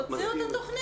תוציאו את התכנית.